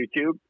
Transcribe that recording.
YouTube